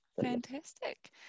Fantastic